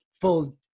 full